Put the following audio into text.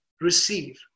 receive